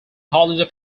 holiday